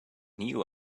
new